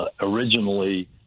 originally